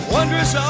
Wondrous